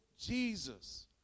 Jesus